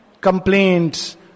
Complaints